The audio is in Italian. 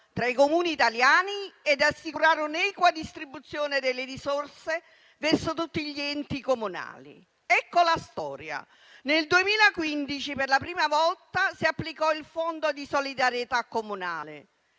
tra i Comuni italiani ed assicurare un'equa distribuzione delle risorse verso tutti gli enti comunali. Ecco la storia. Nel 2015 per la prima volta si applicò il Fondo di solidarietà comunale.